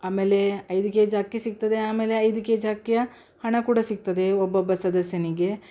ಆಮೇಲೆ ಐದು ಕೆಜಿ ಅಕ್ಕಿ ಸಿಗ್ತದೆ ಆಮೇಲೆ ಐದು ಕೆಜಿ ಅಕ್ಕಿಯ ಹಣ ಕೂಡ ಸಿಗ್ತದೆ ಒಬ್ಬೊಬ್ಬ ಸದಸ್ಯನಿಗೆ